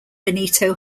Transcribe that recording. benito